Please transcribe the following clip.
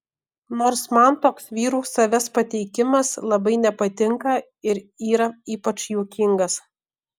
nors man toks vyrų savęs pateikimas labai nepatinka ir yra ypač juokingas